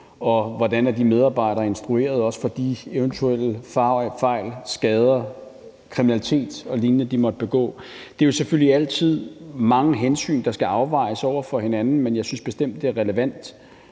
og hvordan medarbejderne er instrueret, også i forhold fejl, skader, kriminalitet og lignende, de eventuelt måtte begå. Der er jo selvfølgelig altid mange hensyn, der skal afvejes over for hinanden, men jeg synes bestemt, at det